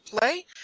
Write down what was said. play